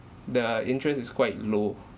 the interest is quite low